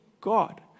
God